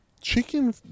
chicken